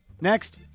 Next